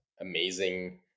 amazing